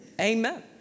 amen